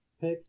pick